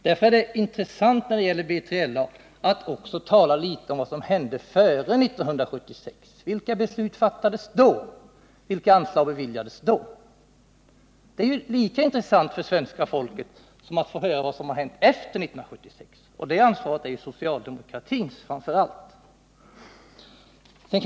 Därför är det intressant när det gäller B3LA att också tala litet om vad som hände före 1976, vilka beslut som fattades då, vilka anslag som beviljades då. Det är lika intressant för svenska folket som vad som hänt efter 1976, och ansvaret för det är ju framför allt socialdemokratins.